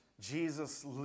Jesus